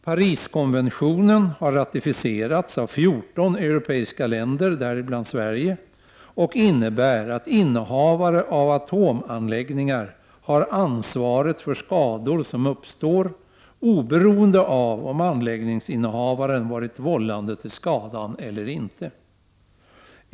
Pariskonventionen har ratificerats av 14 euro 155 peiska länder, däribland Sverige, och innebär att innehavare av atomanläggningar har ansvaret för skador som uppstår, oberoende av om anläggningsinnehavaren varit vållande till skadan eller inte.